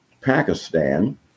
Pakistan